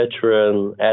veteran